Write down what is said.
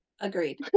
Agreed